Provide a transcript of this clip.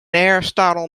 aristotle